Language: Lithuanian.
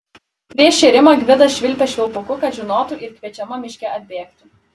prieš šėrimą gvidas švilpė švilpuku kad žinotų ir kviečiama miške atbėgtų